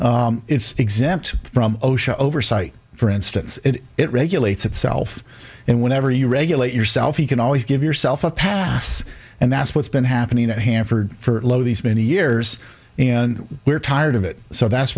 it's exempt from osha oversight for instance and it read itself and whenever you regulate yourself you can always give yourself a pass and that's what's been happening at hanford for lo these many years and we're tired of it so that's